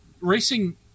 Racing